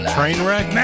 Trainwreck